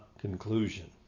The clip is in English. conclusion